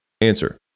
Answer